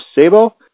Sabo